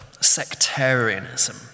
sectarianism